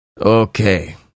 Okay